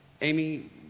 Amy